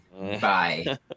Bye